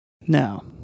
Now